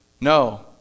No